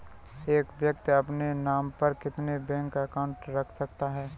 एक व्यक्ति अपने नाम पर कितने बैंक अकाउंट रख सकता है?